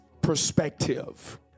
perspective